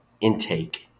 intake